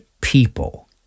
people